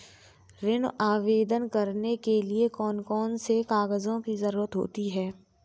ऋण आवेदन करने के लिए कौन कौन से कागजों की जरूरत होती है?